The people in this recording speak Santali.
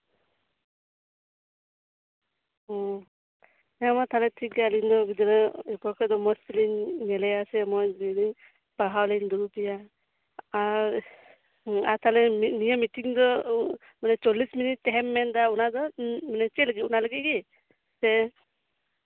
ᱚ ᱦᱮᱸᱢᱟ ᱛᱟᱞᱦᱮ ᱴᱷᱤᱠᱜᱮᱭᱟ ᱟᱹᱞᱤᱧ ᱦᱚᱸ ᱜᱤᱫᱽᱨᱟᱹ ᱜᱟᱯᱟ ᱠᱷᱚᱱ ᱫᱚ ᱢᱚᱡᱽ ᱛᱮᱞᱤᱧ ᱧᱮᱞᱮᱭᱟ ᱥᱮ ᱢᱚᱡᱽᱛᱮ ᱯᱟᱲᱦᱟᱣᱞᱤᱧ ᱫᱩᱲᱩᱵᱮᱭᱟ ᱟᱨ ᱛᱟᱞᱦᱮ ᱱᱤᱭᱟᱹ ᱢᱤᱴᱤᱝ ᱨᱮ ᱪᱚᱞᱞᱤᱥ ᱢᱤᱱᱤᱴ ᱛᱟᱦᱮᱱ ᱢᱮᱱᱫᱟᱢ ᱚᱱᱟᱫᱚ ᱪᱮᱫ ᱞᱟᱹᱜᱤᱫ ᱚᱱᱟ ᱞᱟᱹᱜᱤᱫ ᱜᱮ ᱥᱮ